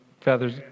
Feathers